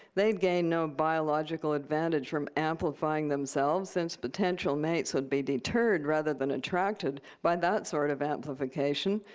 they'd gain no biological advantage from amplifying themselves since potential mates would be deterred rather than attracted by that sort of amplification.